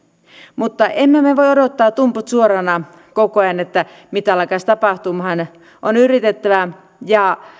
mutta emme me me voi odottaa tumput suorina koko ajan mitä alkaisi tapahtumaan on yritettävä ja